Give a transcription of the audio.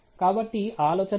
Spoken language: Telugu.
కాబట్టి ఆలోచన ఇది